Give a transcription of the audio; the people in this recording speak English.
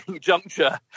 juncture